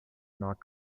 not